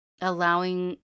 allowing